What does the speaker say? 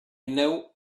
know